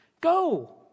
Go